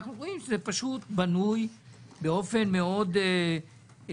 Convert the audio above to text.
אנחנו רואים שזה בנוי באופן מאוד מוגדר.